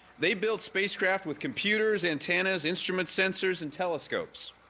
they've built space craft with computers, antennas, instrument sensors and telescopes.